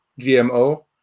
GMO